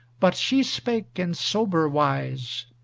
but she spake in sober wise,